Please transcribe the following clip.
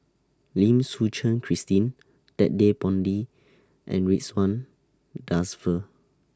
Lim Suchen Christine Ted De Ponti and Ridzwan Dzafir